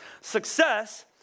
success